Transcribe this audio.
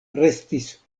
restis